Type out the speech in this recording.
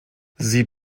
sie